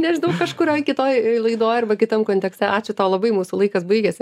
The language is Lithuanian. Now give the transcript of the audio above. nežinau kažkurioj kitoj laidoj arba kitam kontekste ačiū tau labai mūsų laikas baigėsi